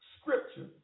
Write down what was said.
Scripture